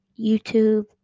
YouTube